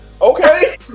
Okay